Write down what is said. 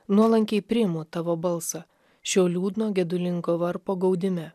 nuolankiai priimu tavo balsą šio liūdno gedulingo varpo gaudime